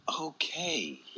Okay